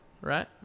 right